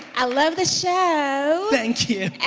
i love the show. thank you.